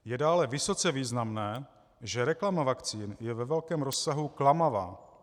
Je dále vysoce významné, že reklama vakcín je ve velkém rozsahu klamavá.